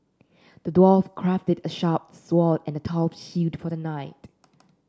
the dwarf crafted a sharp sword and a tough shield for the knight